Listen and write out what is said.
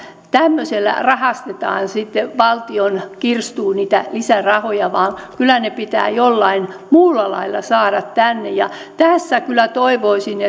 tämmöisellä rahastetaan sitten valtion kirstuun niitä lisärahoja vaan kyllä ne pitää jollain muulla lailla saada tänne tässä kyllä toivoisin